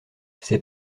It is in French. ses